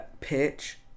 pitch